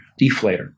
deflator